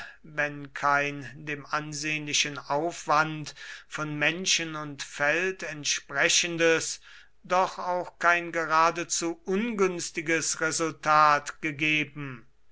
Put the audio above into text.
wenn kein dem ansehnlichen aufwand von menschen und feld entsprechendes doch auch kein geradezu ungünstiges resultat gegeben